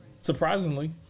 Surprisingly